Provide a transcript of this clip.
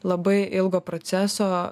labai ilgo proceso